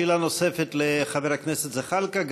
שאלה נוספת לחבר הכנסת זחאלקה.